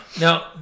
Now